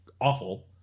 awful